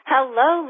Hello